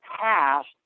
past